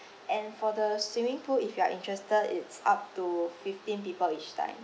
and for the swimming pool if you are interested it's up to fifteen people each time